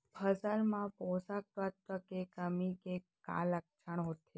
फसल मा पोसक तत्व के कमी के का लक्षण होथे?